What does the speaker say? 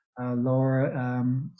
Laura